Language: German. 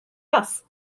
was